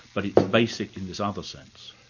but it's basic in this other sense.